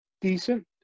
decent